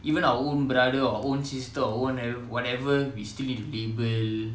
even our own brother or our own sister or our own whatever we still need to label